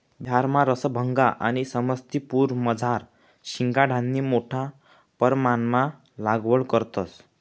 बिहारमा रसभंगा आणि समस्तीपुरमझार शिंघाडानी मोठा परमाणमा लागवड करतंस